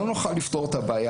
לא נוכל לפתור את הבעיה.